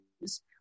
use